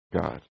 God